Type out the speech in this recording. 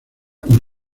con